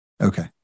Okay